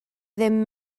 ddim